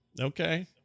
okay